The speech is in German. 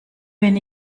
wenn